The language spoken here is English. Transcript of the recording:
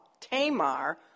Tamar